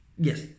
Yes